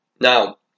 Now